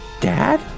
Dad